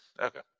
Okay